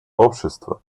общества